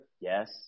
Yes